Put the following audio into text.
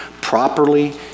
properly